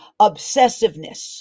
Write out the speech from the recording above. obsessiveness